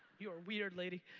you're weird, lady.